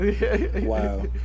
Wow